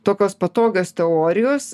tokios patogios teorijos